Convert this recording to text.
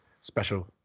special